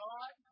God